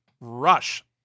Rush